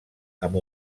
amb